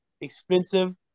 expensive